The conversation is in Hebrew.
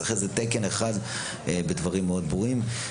צריך לזה תקן אחד ודברים מאוד ברורים.